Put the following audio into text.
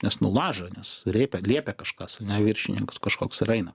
nes nu laža nes rėpia liepia kažkas ane viršininkas kažkoks ir aina